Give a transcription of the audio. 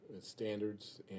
standards